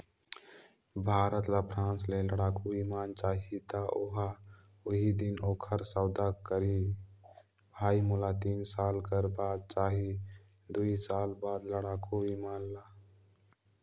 भारत ल फ्रांस ले लड़ाकु बिमान चाहीं त ओहा उहीं दिन ओखर सौदा करहीं भई मोला तीन साल कर बाद चहे दुई साल बाद लड़ाकू बिमान ल